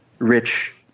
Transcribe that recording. Rich